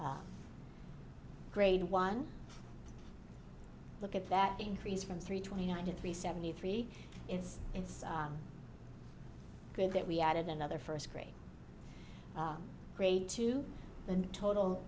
a grade one look at that increase from three twenty nine to three seventy three is it's good that we added another first grade grade to the total